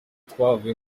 twavuye